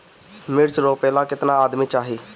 मिर्च रोपेला केतना आदमी चाही?